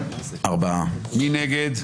מי נגד?